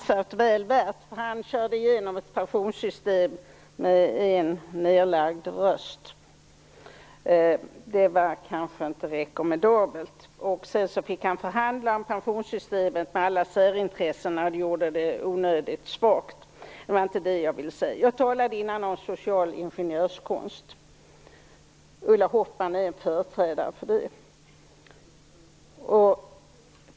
Fru talman! Thage Erlander fick ju igenom ett pensionssystem tack vare en nedlagd röst. Det var kanske inte rekommendabelt. Sedan fick han förhandla om pensionssystemet med alla särintressen, vilket han gjorde onödigt svagt. Men det var inte om detta jag skulle tala. Jag talade förut om social ingenjörskonst. Ulla Hoffmann är en företrädare för denna.